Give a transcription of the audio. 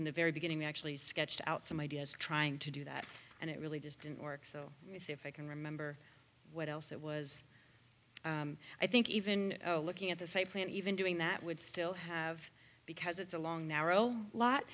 in the very beginning they actually sketched out some ideas trying to do that and it really just didn't work so let me see if i can remember what else it was i think even looking at this a plant even doing that would still have because it's a long narrow lot